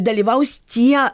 dalyvaus tie